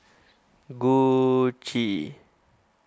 Gucci